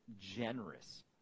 generous